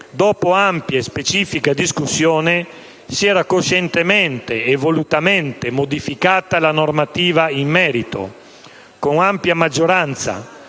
dopo ampia e specifica discussione, si era coscientemente e volutamente modificata la normativa in merito, con ampia maggioranza,